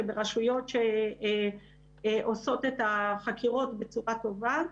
שברשויות עושות את החקירות בצורה טובה,